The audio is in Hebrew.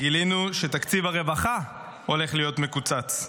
גילינו שתקציב הרווחה הולך להיות מקוצץ,